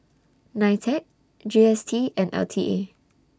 NITEC G S T and L T A